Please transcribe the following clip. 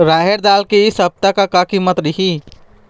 रहड़ दाल के इ सप्ता का कीमत रही?